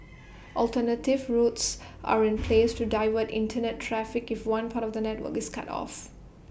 alternative routes are in place to divert Internet traffic if one part of the network is cut off